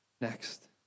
next